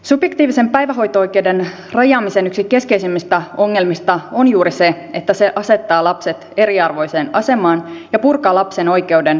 subjektiivisen päivähoito oikeuden rajaamisen yksi keskeisimmistä ongelmista on juuri se että se asettaa lapset eriarvoiseen asemaan ja purkaa lapsen oikeuden yhdenvertaiseen varhaiskasvatukseen